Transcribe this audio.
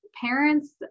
parents